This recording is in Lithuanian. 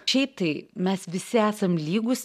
šiaip tai mes visi esam lygūs